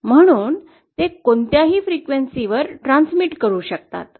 म्हणून ते कोणत्याही वारंवारते वर प्रसारित करू शकतात